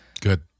Good